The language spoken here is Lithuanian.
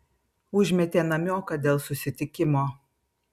užmetė namioką dėl susitikimo